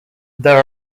there